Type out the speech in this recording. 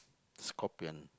scorpion